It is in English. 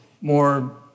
more